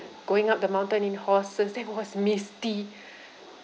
going up the mountain in horses then it was misty